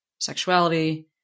sexuality